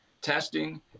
testing